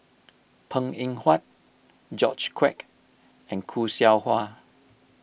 Png Eng Huat George Quek and Khoo Seow Hwa